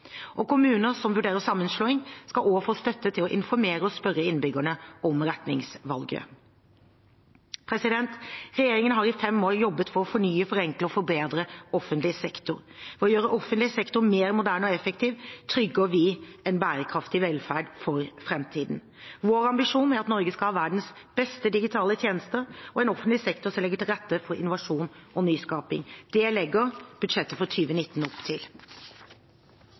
Kommuner som vurderer kommunesammenslåing, skal også få støtte til å informere og spørre innbyggerne om retningsvalget. Regjeringen har i fem år jobbet for å fornye, forenkle og forbedre offentlig sektor. Ved å gjøre offentlig sektor mer moderne og effektiv trygger vi en bærekraftig velferd for framtiden. Vår ambisjon er at Norge skal ha verdens beste digitale tjenester og en offentlig sektor som legger til rette for innovasjon og nyskaping. Det legger budsjettet for 2019 opp til.